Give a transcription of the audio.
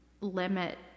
limit